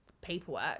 paperwork